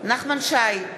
נחמן שי,